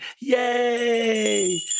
Yay